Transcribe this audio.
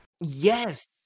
Yes